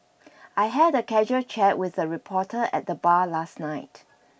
I had a casual chat with a reporter at the bar last night